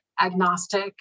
agnostic